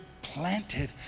Planted